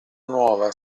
nuova